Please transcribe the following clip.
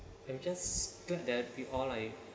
I'm just glad that we all like